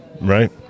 right